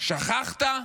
שכחת?